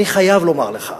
אני חייב לומר לך,